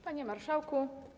Panie Marszałku!